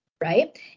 right